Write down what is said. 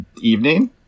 evening